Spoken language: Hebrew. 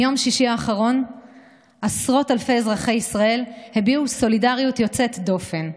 מיום שישי האחרון עשרות אלפי אזרחי ישראל הביעו סולידריות יוצאת דופן,